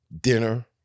dinner